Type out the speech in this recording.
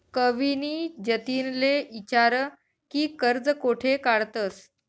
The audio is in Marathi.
कविनी जतिनले ईचारं की कर्ज कोठे काढतंस